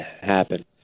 happen